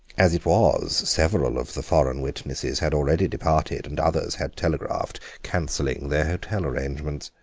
as it was, several of the foreign witnesses had already departed and others had telegraphed cancelling their hotel arrangements.